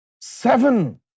seven